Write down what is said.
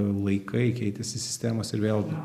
laikai keitėsi sistemos ir vėl